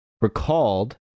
recalled